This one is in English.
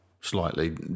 slightly